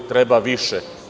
Treba više.